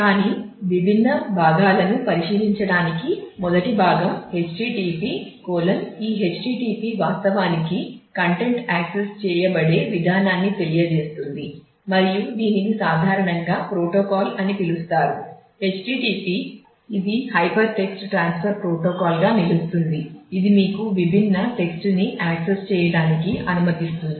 కానీ విభిన్న భాగాలను పరిశీలించడానికి మొదటి భాగం http ఈ http వాస్తవానికి కంటెంట్ యాక్సెస్ చేయబడే విధానాన్ని తెలియజేస్తుంది మరియు దీనిని సాధారణంగా ప్రోటోకాల్ చేయడానికి అనుమతిస్తుంది